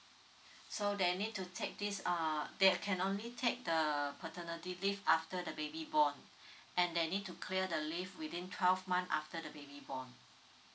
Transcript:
so they need to take this uh they can only take the paternity leave after the baby born and they need to clear the leave within twelve month after the baby born